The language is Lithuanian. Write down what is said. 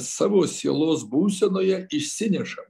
savo sielos būsenoje išsinešam